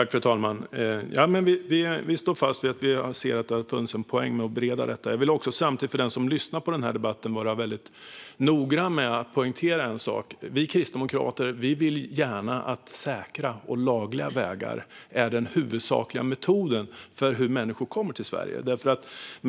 Fru talman! Vi står fast vid att vi aviserade att det hade funnits en poäng med att bereda detta. För den som lyssnar på debatten vill jag poängtera en sak. Vi kristdemokrater vill att säkra och lagliga vägar ska vara den huvudsakliga metoden för hur människor kommer till Sverige.